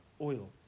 oil